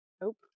Nope